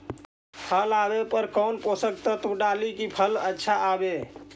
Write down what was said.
फल आबे पर कौन पोषक तत्ब डाली ताकि फल आछा होबे?